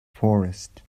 forest